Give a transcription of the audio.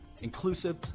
Inclusive